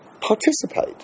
participate